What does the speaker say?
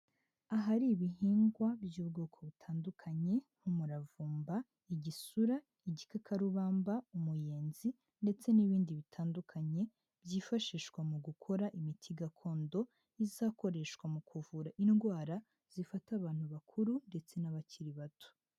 Ahari ibihingwa by'ubwoko butandukanye umuravumba, igisura, igikakarubamba, umuyenzi ndetse n'ibindi bitandukanye, byifashishwa mu gukora imiti gakondo izakoreshwa mu kuvura indwara, zifata abantu bakuru ndetse n'abakiri bato.